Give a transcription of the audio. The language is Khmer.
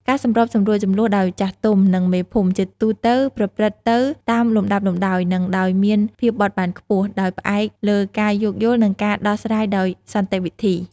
ការសម្របសម្រួលជម្លោះដោយចាស់ទុំ និងមេភូមិ ជាទូទៅប្រព្រឹត្តទៅតាមលំដាប់លំដោយ និងដោយមានភាពបត់បែនខ្ពស់ ដោយផ្អែកលើការយោគយល់ និងការដោះស្រាយដោយសន្តិវិធី។